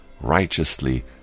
righteously